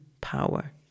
power